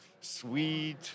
sweet